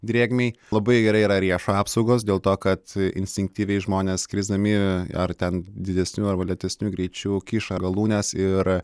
drėgmei labai gerai yra riešo apsaugos dėl to kad instinktyviai žmonės skrisdami ar ten didesniu arba lėtesniu greičiu kiša galūnes ir